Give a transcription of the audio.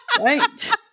Right